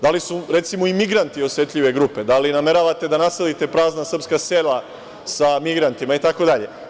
Da li su, recimo, i migranti osetljive grupe, da li nameravate da naselite prazna srpska sela sa migrantima, itd?